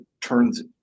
turns